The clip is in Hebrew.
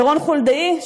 לרון חולדאי,